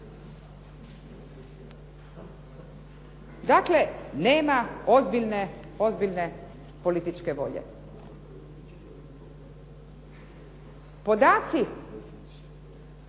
Dakle, nema ozbiljne političke volje. Podaci